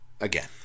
Again